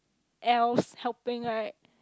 Elfs helping right